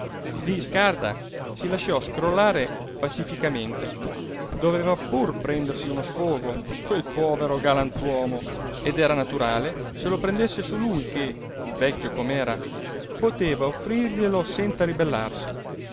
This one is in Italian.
zi scarda si lasciò scrollare pacificamente doveva pur prendersi uno sfogo quel povero galantuomo ed era naturale se lo prendesse su lui che vecchio com'era poteva offrirglielo senza ribellarsi